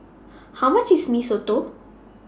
How much IS Mee Soto